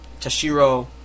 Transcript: Tashiro